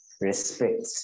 respect